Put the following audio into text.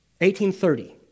1830